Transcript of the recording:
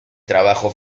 trabajo